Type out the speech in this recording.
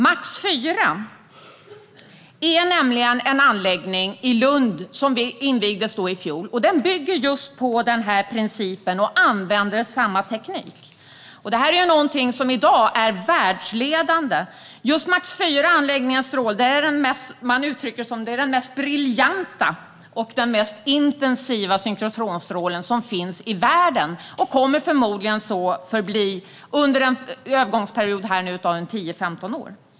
MAX IV är en anläggning i Lund som invigdes i fjol, och den bygger just på denna princip och använder samma teknik. Den är i dag världsledande. MAX IV-anläggningens stråle är den mest briljanta och intensiva synkrotronstrålen i världen och kommer förmodligen att så förbli under en övergångsperiod på 10-15 år.